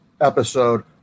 episode